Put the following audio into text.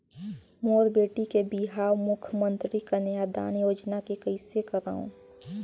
मोर बेटी के बिहाव मुख्यमंतरी कन्यादान योजना ले कइसे करव?